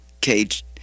cage